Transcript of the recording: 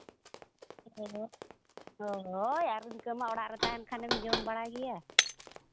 ᱦᱮᱸ ᱦᱳᱭ ᱦᱳᱭ ᱟᱨ ᱤᱱᱠᱟᱹ ᱢᱟ ᱚᱲᱟᱜ ᱨᱮ ᱛᱟᱦᱮᱱ ᱠᱷᱟᱱᱮᱢ ᱡᱚᱢ ᱵᱟᱲᱟᱭ ᱜᱮᱭᱟ